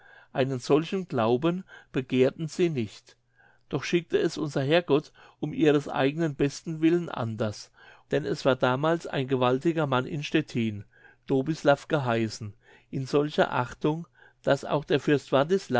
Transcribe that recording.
einen solchen glauben begehrten sie nicht doch schickte es unser herr gott um ihres eignen besten willen anders denn es war damals ein gewaltiger mann in stettin dobislav geheißen in solcher achtung daß auch der fürst